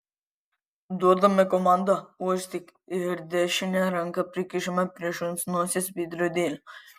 duodame komandą uostyk ir dešinę ranką prikišame prie šuns nosies veidrodėlio